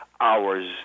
hours